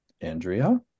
Andrea